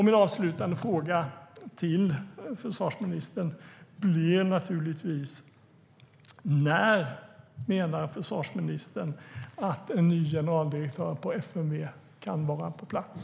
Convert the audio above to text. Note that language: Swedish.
Min avslutande fråga till försvarsministern blir naturligtvis: När menar försvarsministern att en ny generaldirektör på FMV kan vara på plats?